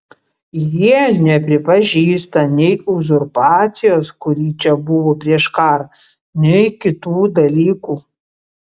jie nepripažįsta nei uzurpacijos kuri čia buvo prieš karą nei kitų dalykų